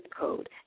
code